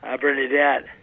Bernadette